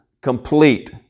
complete